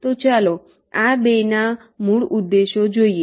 તો ચાલો આ બેના મૂળ ઉદ્દેશ્યો જોઈએ